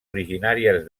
originàries